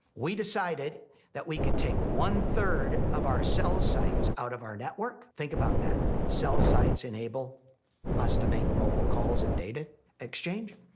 we decided that we could take one third of our cell sites out of our network. think about that. cell sites enable us to make mobile calls and data exchange.